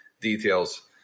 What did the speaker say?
details